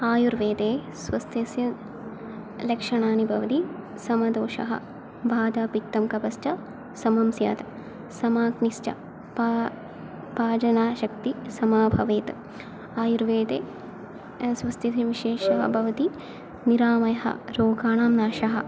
आयुर्वेदे स्वास्थ्यस्य लक्षणानि भवन्ति समदोषः वातापित्तकपश्च समं स्यात् समाग्निश्च पा पाचनशक्तिः समं भवेत् आयुर्वेदे स्वास्थ्यस्य विशेषः भवति निरामयः रोगाणां नाशः